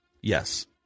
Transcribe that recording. Yes